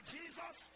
Jesus